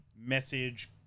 message